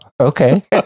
okay